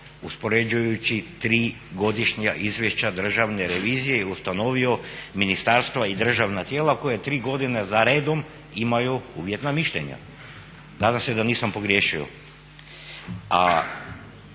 uspoređujući tri godišnja izvješća državne revizije i ustanovio ministarstva i državna tijela koja tri godine za redom imaju uvjetna mišljenja. Nadam se da nisam pogriješio.